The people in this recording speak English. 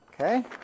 Okay